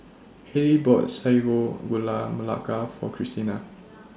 Hailie bought Sago Gula Melaka For Kristina